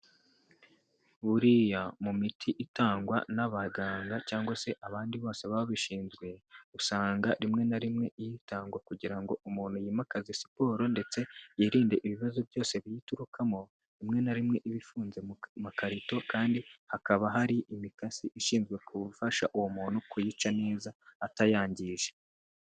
Buriya mu miti itangwa n'abaganga cyangwa se abandi bose babishinzwe, usanga rimwe na rimwe iyitangwa kugira ngo umuntu yimakaze siporo ndetse yirinde ibibazo byose biyiturukamo rimwe na rimwe iba ifunze mu makarito kandi hakaba hari imikasi ishinzwe kufasha uwo muntu kuyica neza atayangije.